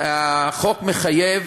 החוק מחייב,